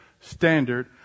standard